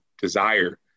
desire